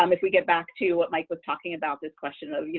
um if we get back to what mike was talking about this question of, you